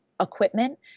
equipment